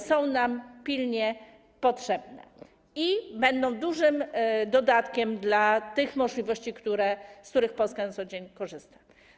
Są nam one pilnie potrzebne i będą dużym dodatkiem do tych możliwości, z których Polska na co dzień korzysta.